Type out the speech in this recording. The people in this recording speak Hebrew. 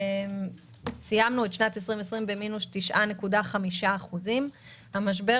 סיימנו את שנת 2020 במינוס 9.5%. המשבר